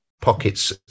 pockets